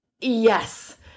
yes